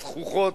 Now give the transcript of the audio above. הזחוחות,